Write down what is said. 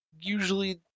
Usually